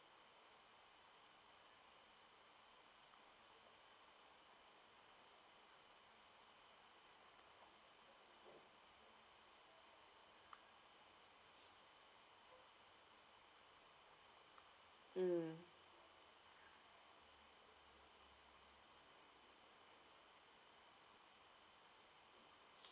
mm